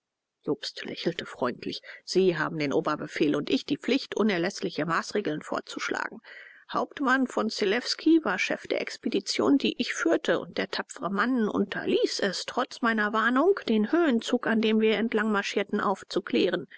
jobst lächelte freundlich sie haben den oberbefehl und ich die pflicht unerläßliche maßregeln vorzuschlagen hauptmann von zelewski war chef der expedition die ich führte und der tapfre mann unterließ es trotz meiner warnung den höhenzug an dem wir entlang marschierten aufzuklären